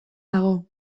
dago